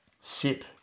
sip